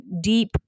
deep